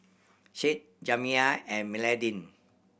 Shade Jamiya and Madaline